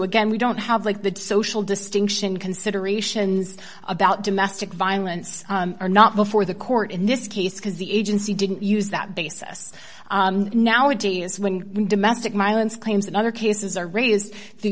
again we don't have like the social distinction considerations about domestic violence are not before the court in this case because the agency didn't use that basis nowadays when domestic violence claims that other cases are raised the